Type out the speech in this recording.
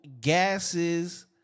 gases